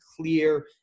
clear